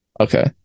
Okay